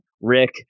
Rick